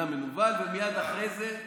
ומייד אחרי זה,